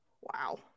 Wow